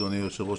אדוני היושב ראש,